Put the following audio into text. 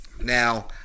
Now